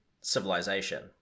civilization